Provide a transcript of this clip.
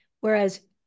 Whereas